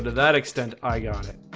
and that extent, i got it